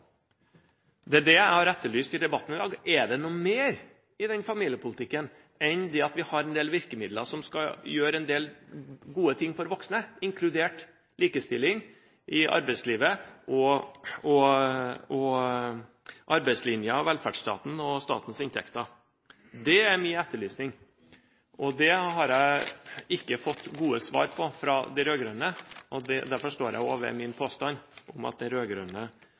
Det er det jeg har etterlyst i debatten i dag. Er det noe mer i den familiepolitikken enn at vi har en del virkemidler som skal gjøre en del gode ting for voksne, inkludert likestilling i arbeidslivet, arbeidslinjen, velferdsstaten og statens inntekter? Det er min etterlysning, og det har jeg ikke fått gode svar på fra de rød-grønne. Derfor står jeg ved min påstand om at den rød-grønne familiepolitikken er ikke-eksisterende. Det